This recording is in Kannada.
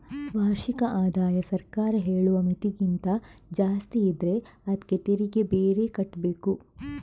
ವಾರ್ಷಿಕ ಆದಾಯ ಸರ್ಕಾರ ಹೇಳುವ ಮಿತಿಗಿಂತ ಜಾಸ್ತಿ ಇದ್ರೆ ಅದ್ಕೆ ತೆರಿಗೆ ಬೇರೆ ಕಟ್ಬೇಕು